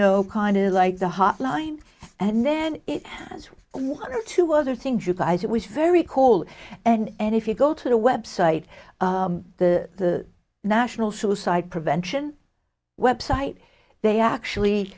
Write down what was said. know kind of like the hotline and then it has one or two other things you guys it was very cold and if you go to the website the national suicide prevention website they actually